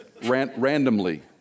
Randomly